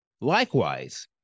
Likewise